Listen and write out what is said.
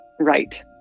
right